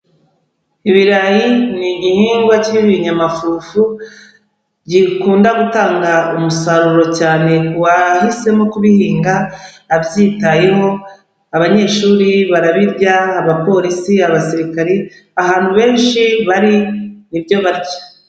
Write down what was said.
Ibirayi ni igihingwa cy'ibinyamafufu gikunda gutanga umusaruro cyane ku wahisemo kubihinga abyitayeho, abanyeshuri barabirya, abapolisi, abasirikare, ahantu benshi bari nibyo barya.